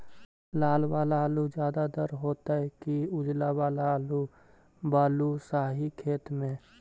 लाल वाला आलू ज्यादा दर होतै कि उजला वाला आलू बालुसाही खेत में?